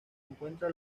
encuentra